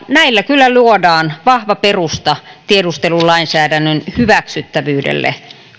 näillä kyllä luodaan vahva perusta tiedustelulainsäädännön hyväksyttävyydelle